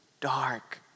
dark